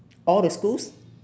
all the schools